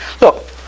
look